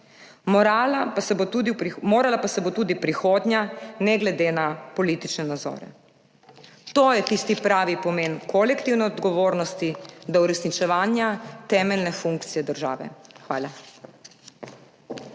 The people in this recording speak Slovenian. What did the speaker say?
morala pa se bo tudi prihodnja, ne glede na politične nazore. To je tisti pravi pomen kolektivne odgovornosti do uresničevanja temeljne funkcije države. Hvala.